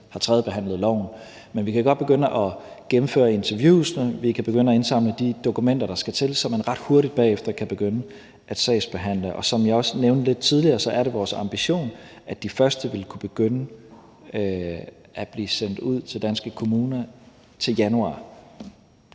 har tredjebehandlet lovforslaget. Men vi kan godt begynde at gennemføre interviewene, vi kan begynde at indsamle de dokumenter, der skal til, så man ret hurtigt bagefter kan begynde at sagsbehandle. Og som jeg også nævnte lidt tidligere, er det vores ambition, at de første vil kunne begynde at blive sendt ud til danske kommuner til januar.